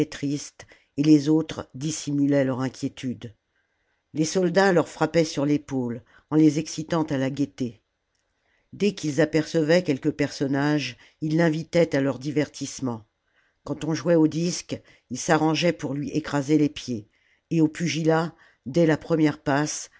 tristes et les autres dissimulaient leur inquiétude les soldats leur frappaient sur l'épaule en les excitant à la gaieté dès qu'ils apercevaient quelque personnage ils l'invitaient à leurs divertissements quand on jouait au disque ils s'arrangeaient pour lui écraser les pieds et au pugilat dès la première passe